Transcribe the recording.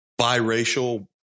biracial